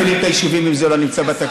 איך מתפעלים את היישובים אם זה לא נמצא בתקציב?